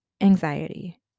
anxiety